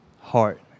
heart